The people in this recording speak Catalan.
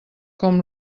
com